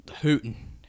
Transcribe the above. hooting